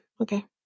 okay